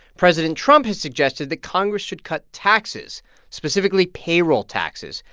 president trump has suggested that congress should cut taxes specifically payroll taxes,